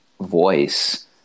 voice